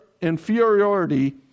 inferiority